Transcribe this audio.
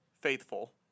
Faithful